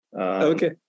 Okay